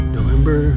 November